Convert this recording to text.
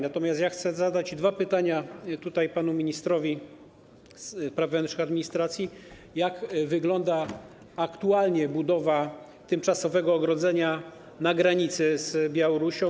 Natomiast ja chcę zadać dwa pytania panu ministrowi spraw wewnętrznych i administracji: Jak wygląda aktualnie budowa tymczasowego ogrodzenia na granicy z Białorusią?